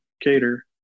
Cater